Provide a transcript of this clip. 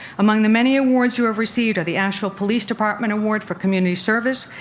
among the many awards you have received are the asheville police department award for community service,